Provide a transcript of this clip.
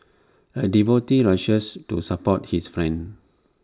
A devotee rushes to support his friend